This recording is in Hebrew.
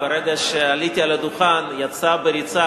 ברגע שעליתי על הדוכן יצאה בריצה,